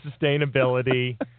Sustainability